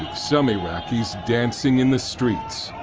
some iraqis dancing in the streets.